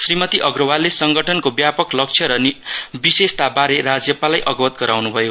श्रीमती अग्रवालले संगठनको व्यापक लक्ष्य र विशेषताबारे राज्यपाललाई अवगत गराउनु भयो